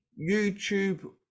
YouTube